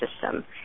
system